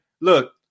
look